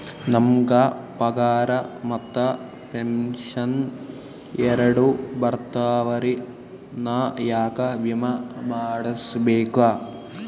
ನಮ್ ಗ ಪಗಾರ ಮತ್ತ ಪೆಂಶನ್ ಎರಡೂ ಬರ್ತಾವರಿ, ನಾ ಯಾಕ ವಿಮಾ ಮಾಡಸ್ಬೇಕ?